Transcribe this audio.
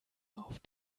auf